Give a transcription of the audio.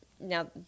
Now